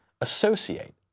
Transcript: associate